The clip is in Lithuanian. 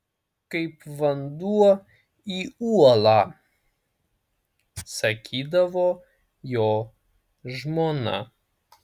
kaip vanduo į uolą sakydavo jo žmona